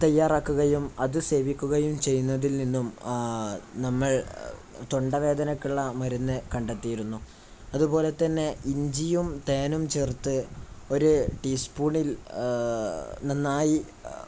തയ്യാറാക്കുകയും അത് സേവിക്കുകയും ചെയ്യുന്നതിൽ നിന്നും നമ്മൾ തൊണ്ടവേദനയ്ക്കുള്ള മരുന്ന് കണ്ടെത്തിയിരുന്നു അതുപോലെ തന്നെ ഇഞ്ചിയും തേനും ചേർത്ത് ഒരു ടീസ്പൂണിൽ നന്നായി